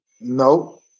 No